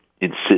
insist